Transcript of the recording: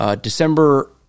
December